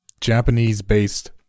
Japanese-based